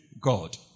God